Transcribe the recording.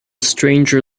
stranger